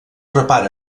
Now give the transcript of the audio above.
prepara